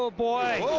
ah boy.